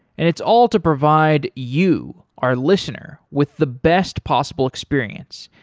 and it's all to provide you our listener with the best possible experience.